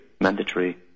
mandatory